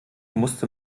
musste